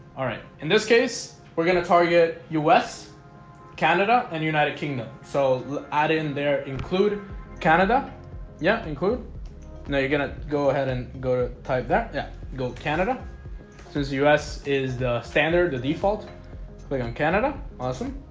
all right, in this case. we're gonna target us canada and united kingdom so ad in there include canada yeah include you're gonna go ahead and go to type that. yeah go to canada who's us is the standard the default click on canada. awesome